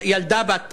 ילדה בת ארבע.